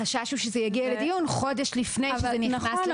החשש שזה יגיע לדיון חודש לפני שזה נכנס לתוקף.